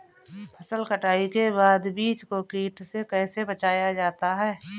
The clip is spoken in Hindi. फसल कटाई के बाद बीज को कीट से कैसे बचाया जाता है?